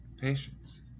patience